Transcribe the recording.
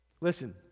Listen